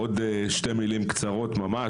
עוד שתי מילים קצרות ממש,